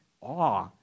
awe